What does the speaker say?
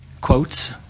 Quotes